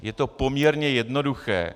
Je to poměrně jednoduché.